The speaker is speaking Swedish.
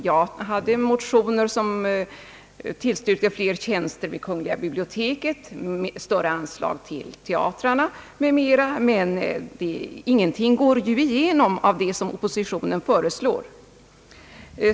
Jag hade väckt motioner som yrkade på fler tjänster vid kungliga biblioteket, större anslag till teatrarna m.m. Men ingenting går ju igenom av det som oppositionen föreslår.